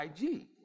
IG